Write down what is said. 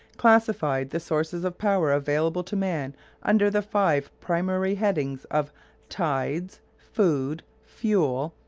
classified the sources of power available to man under the five primary headings of tides, food, fuel,